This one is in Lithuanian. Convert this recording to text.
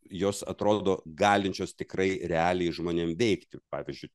jos atrodo galinčios tikrai realiai žmonėm veikti pavyzdžiui